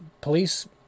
police